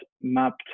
mapped